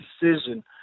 decision